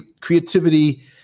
creativity